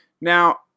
Now